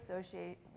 associate